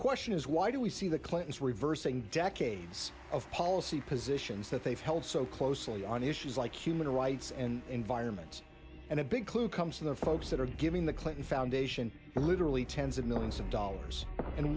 question is why do we see the clintons reversing decades of policy positions that they've held so closely on issues like human rights and environment and a big clue comes from the folks that are giving the clinton foundation and literally tens of millions of dollars and